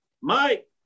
Mike